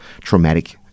traumatic